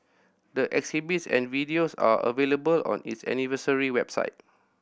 the exhibits and videos are available on its anniversary website